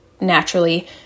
naturally